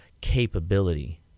capability